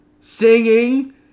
singing